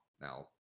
now